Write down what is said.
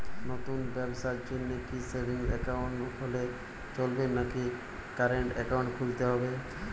নতুন ব্যবসার জন্যে কি সেভিংস একাউন্ট হলে চলবে নাকি কারেন্ট একাউন্ট খুলতে হবে?